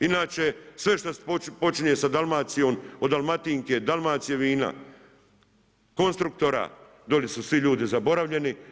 Inače sve što počinje sa Dalmacijom, od Dalmatinke, Dalmacijevina, Konstruktora, dolje su svi ljudi zaboravljeni.